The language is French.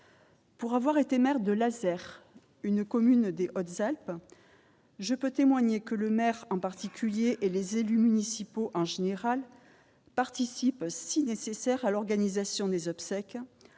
Pour avoir été mères de la serre une commune des Hautes-Alpes, je peux témoigner que le maire en particulier et les élus municipaux en général participe si nécessaire à l'organisation des obsèques